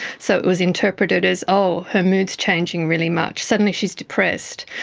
so it was interpreted as, oh, her mood is changing really much, suddenly she is depressed,